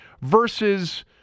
versus